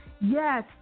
Yes